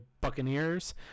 Buccaneers